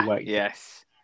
Yes